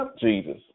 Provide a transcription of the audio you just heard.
Jesus